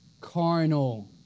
Carnal